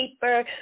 paper